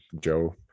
Joe